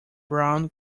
brown